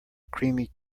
creamy